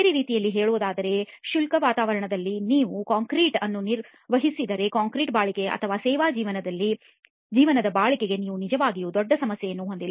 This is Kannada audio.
ಬೇರೆ ರೀತಿಯಲ್ಲಿ ಹೇಳುವುದಾದರೆ ಶುಷ್ಕ ವಾತಾವರಣದಲ್ಲಿ ನೀವು ಕಾಂಕ್ರೀಟ್ ಅನ್ನು ನಿರ್ವಹಿಸಿದರೆ ಕಾಂಕ್ರೀಟ್ನ ಬಾಳಿಕೆ ಅಥವಾ ಸೇವಾ ಜೀವನದ ಬಾಳಿಕೆಗೆ ನೀವು ನಿಜವಾಗಿಯೂ ದೊಡ್ಡ ಸಮಸ್ಯೆಯನ್ನು ಹೊಂದಿಲ್ಲ